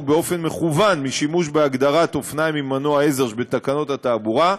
באופן מכוון משימוש בהגדרת "אופניים עם מנוע עזר" שבתקנות התעבורה,